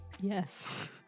Yes